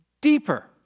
deeper